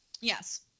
yes